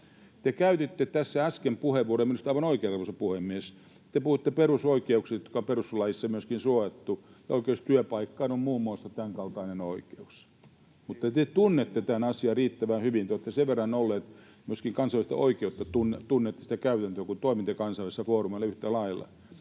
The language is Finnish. Te käytitte tässä äsken puheenvuoron, ja minusta aivan oikein, arvoisa puhemies, te puhuitte perusoikeuksista, jotka on perustuslaissa myöskin suojattu. Oikeus työpaikkaan on muun muassa tämän kaltainen oikeus. Mutta te tunnette tämän asian riittävän hyvin, te sen verran myöskin kansainvälistä oikeutta tunnette, sitä käytäntöä, kun toimitte kansainvälisillä foorumeilla yhtä lailla.